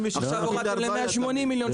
ועכשיו הורדתם ל-180 מיליון ₪.